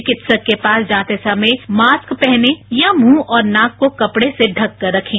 चिकित्सक के पास जाते समय मास्क पहनें या मुंह और नाक को कपड़े से ढककर रखें